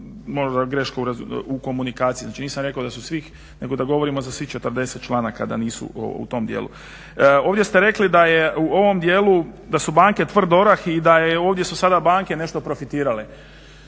možda je greška u komunikaciji. Znači nisam rekao da su svih nego da govorimo za svih 40 članaka da nisu u tom dijelu. Ovdje ste rekli da je u ovom dijelu da su banke tvrd orah i da ovdje su sada banke nešto profitirale.